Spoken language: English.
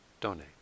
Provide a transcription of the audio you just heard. donate